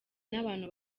n’abantu